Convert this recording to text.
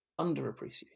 underappreciated